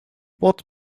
what